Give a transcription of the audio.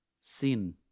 Sin